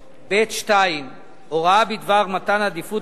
50א(ב)(2): "הוראה בדבר מתן עדיפות